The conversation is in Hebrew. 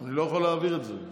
אני לא יכול להעביר את זה.